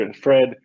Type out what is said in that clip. Fred